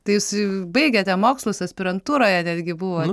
tai jūs baigėte mokslus aspirantūroje netgi buvot